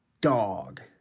dog